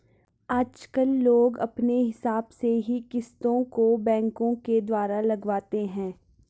आजकल लोग अपने हिसाब से ही किस्तों को बैंकों के द्वारा लगवाते हैं